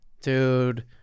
dude